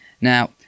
Now